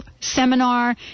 Seminar